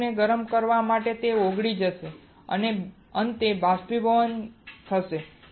ધાતુને ગરમ કરવાથી તે ધાતુ ઓગળી જશે અને અંતે બાષ્પીભવન થશે